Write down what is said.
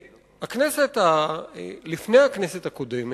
כולל חופי הכינרת?